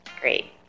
great